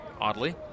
Oddly